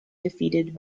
defeated